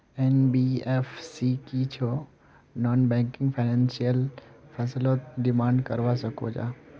NBFC की छौ non banking financial फसलोत डिमांड करवा सकोहो जाहा?